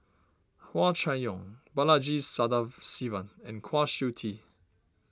Hua Chai Yong Balaji Sadasivan and Kwa Siew Tee